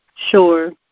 sure